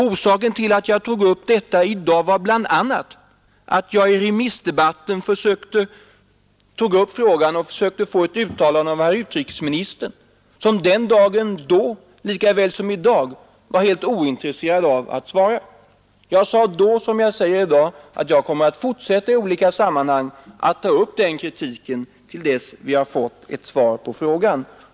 Orsaken till att jag tog upp detta i dag var bl.a. att jag i riksdagens allmänpolitiska debatt i januari försökte få ett uttalande i denna fråga av utrikesministern, som då lika väl som i dag var helt ointresserad av att svara. Jag sade då, att jag kommer att fortsätta att i olika sammanhang ta upp detta spörsmål tills jag fått ett svar.